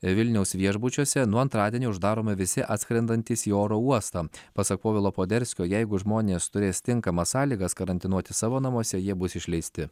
vilniaus viešbučiuose nuo antradienio uždaromi visi atskrendantys į oro uostą pasak povilo poderskio jeigu žmonės turės tinkamas sąlygas karantinuotis savo namuose jie bus išleisti